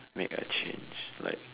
make a change like